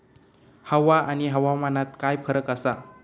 हवा आणि हवामानात काय फरक असा?